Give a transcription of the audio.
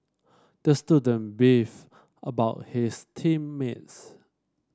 the student beefed about his team mates